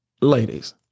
Ladies